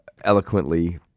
eloquently